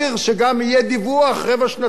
שגם יהיה דיווח רבע-שנתי,